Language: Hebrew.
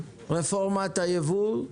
רפורמת הייבוא.